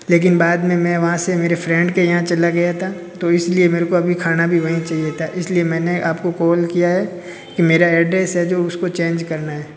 लेकिन बाद में मैं वहाँ से मेरे फ्रेंड के यहाँ चला गया था तो इस लिए मेरे को अभी खाना भी वहीं चाहिए था इस लिए मैंने आप को कॉल किया है कि मेरा एड्रेस है जो उसको चेंज करना है